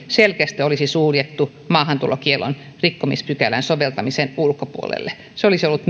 olisi selkeästi suljettu maahantulokiellon rikkomispykälän soveltamisen ulkopuolelle se olisi ollut